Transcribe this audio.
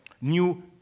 new